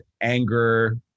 Anger